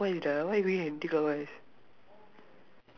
indeed I say clockwise ah why you going anticlockwise